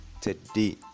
today